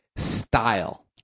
Style